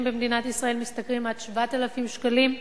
במדינת ישראל משתכרים עד 7,000 שקלים,